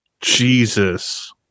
Jesus